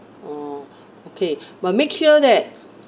oh okay but make sure that